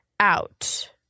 out